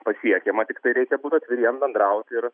pasiekiama tiktai reikia būt atviriem bendraut ir